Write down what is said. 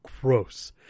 gross